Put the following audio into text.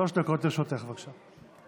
שלוש דקות לרשותך, בבקשה.